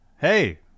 Hey